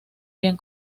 bien